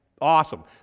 Awesome